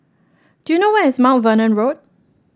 do you know where is Mount Vernon Road